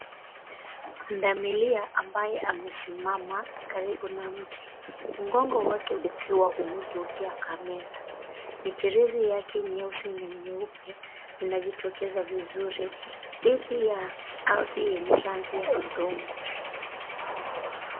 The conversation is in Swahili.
Pundamilia ambaye amesimama karibu na mti. Mgongo wake ukiwa umegeukia kamera. Michirizi yake nyeusi na nyeupe, inajitokeza vizuri, dhidi ya ardhi yenye rangi ya udongo.